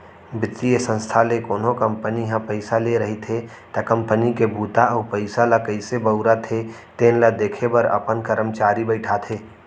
बित्तीय संस्था ले कोनो कंपनी ह पइसा ले रहिथे त कंपनी के बूता अउ पइसा ल कइसे बउरत हे तेन ल देखे बर अपन करमचारी बइठाथे